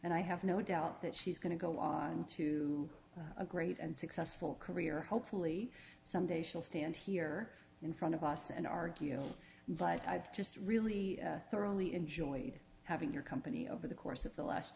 and i have no doubt that she's going to go on to a great and successful career hopefully someday she'll stand here in front of us and argue but i've just really thoroughly enjoyed having your company over the course of the last